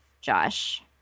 Josh